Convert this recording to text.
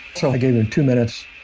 so i gave him two minutes